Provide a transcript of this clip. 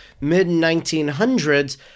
mid-1900s